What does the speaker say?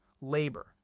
labor